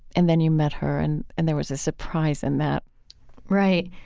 and then you met her and, and there was a surprise in that right.